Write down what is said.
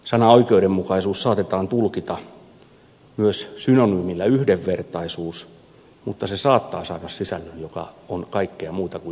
sana oikeudenmukaisuus saatetaan tulkita myös synonyymilla yhdenvertaisuus mutta se saattaa saada sisällön joka on kaikkea muuta kuin yhdenvertaisuutta se on epätasa arvoa